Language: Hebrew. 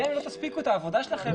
עדיין לא תספיקו את העבודה שלכם?